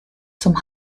zum